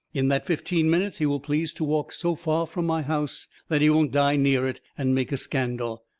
in that fifteen minutes he will please to walk so far from my house that he won't die near it and make a scandal.